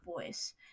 voice